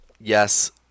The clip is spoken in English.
yes